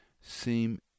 seem